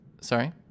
Sorry